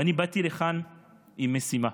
ואני באתי לכאן עם משימה.